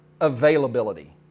availability